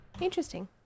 Interesting